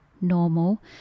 normal